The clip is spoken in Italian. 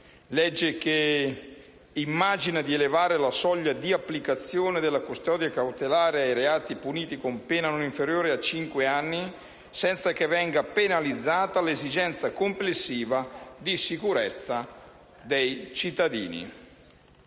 immagina di elevare la soglia di applicazione della custodia cautelare ai reati puniti con pena non inferiore a cinque anni senza che venga penalizzata l'esigenza complessiva di sicurezza dei cittadini.